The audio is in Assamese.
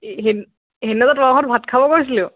সেইদিনা যে তোমালোকৰ ঘৰত ভাত খাব গৈছিলোঁ